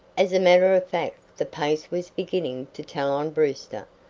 as a matter of fact the pace was beginning to tell on brewster.